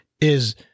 is-